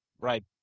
Right